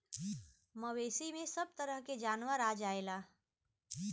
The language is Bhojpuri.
मवेसी में सभ तरह के जानवर आ जायेले